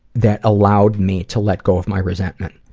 that allowed me to let go of my resentment,